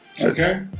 Okay